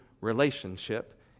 relationship